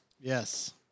Yes